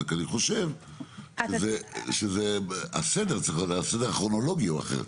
רק אני חושב שהסדר הכרונולוגי הוא אחר,